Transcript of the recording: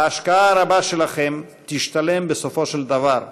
ההשקעה הרבה שלכם תשתלם בסופו של דבר,